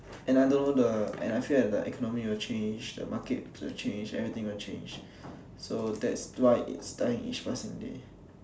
and I know the and I feel that the economy will change the market will change everything will change so that's why it's dying each passing day